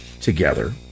together